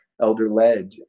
Elder-led